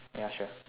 ya sure